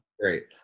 Great